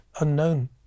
unknown